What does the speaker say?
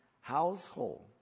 household